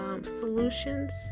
Solutions